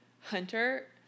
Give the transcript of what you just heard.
hunter